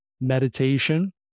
meditation